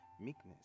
meekness